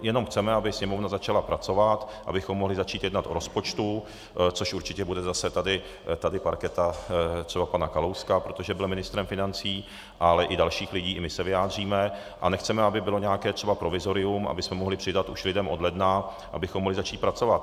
Jenom chceme, aby Sněmovna začala pracovat, abychom mohli začít jednat o rozpočtu, což určitě bude zase tady parketa třeba pana Kalouska, protože byl ministrem financí, ale i dalších lidí, i my se vyjádříme, a nechceme, aby bylo nějaké třeba provizorium, abychom mohli přidat už lidem od ledna, abychom mohli začít pracovat.